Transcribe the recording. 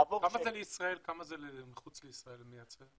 כמה זה לישראל וכמה זה מייצא מחוץ לישראל?